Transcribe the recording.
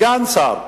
סגן שר,